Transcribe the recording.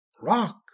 Rock